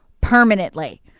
permanently